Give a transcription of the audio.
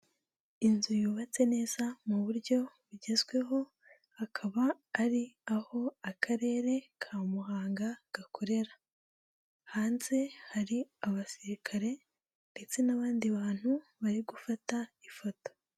Inzu yubatse neza muburyo bugezweho hakaba ari aho akarere ka Muhanga gakorera, hanze hari abasirikare ndetse n'abandi bantu bari gufata ifoto.